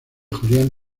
julián